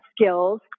skills